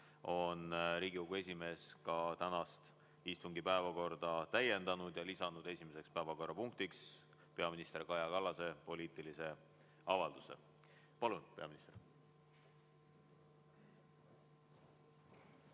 on Riigikogu esimees tänast istungi päevakorda täiendanud ja lisanud esimeseks päevakorrapunktiks peaminister Kaja Kallase poliitilise avalduse. Palun, peaminister!